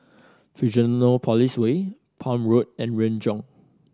Fusionopolis Way Palm Road and Renjong